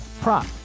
prop